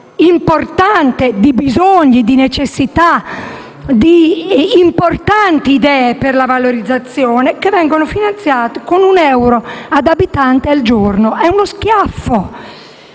importante di necessità e idee per la valorizzazione che vengono finanziate con un euro per abitante al giorno. È uno schiaffo!